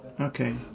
okay